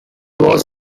was